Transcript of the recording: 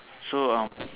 so um